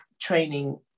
training